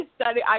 study